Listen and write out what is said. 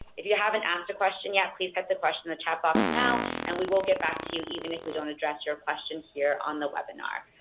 if you haven't asked a question yet, please type the question in the chat box now and we will get back to you even if we don't address your questions here on the webinar.